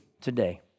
today